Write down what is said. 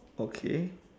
okay